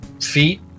feet